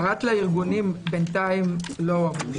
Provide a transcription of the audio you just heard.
פרט לארגונים בינתיים לא הועברו שמות.